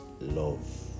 love